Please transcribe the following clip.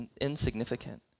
insignificant